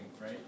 right